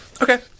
Okay